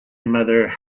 mother